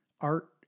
art